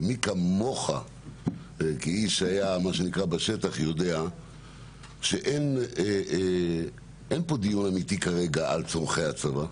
ומי כמוך כמי שהיה בשטח יודע שאין פה דיון אמיתי כרגע על צרכי הצבא.